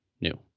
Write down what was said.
new